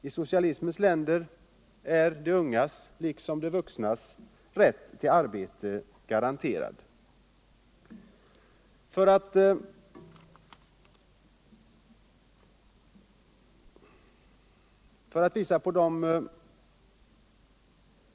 I socialismens länder är de ungas liksom de vuxnas rätt till arbete garanterad.